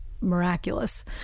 miraculous